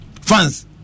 fans